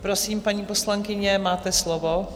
Prosím, paní poslankyně, máte slovo.